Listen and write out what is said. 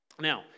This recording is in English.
Now